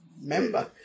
member